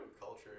culture